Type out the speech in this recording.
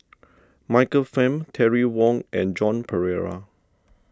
Michael Fam Terry Wong and Joan Pereira